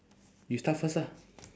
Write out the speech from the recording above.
you start first ah